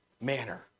manner